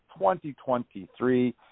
2023